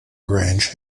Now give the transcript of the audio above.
grange